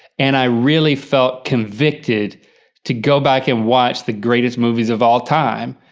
and i really felt convicted to go back and watch the greatest movies of all time.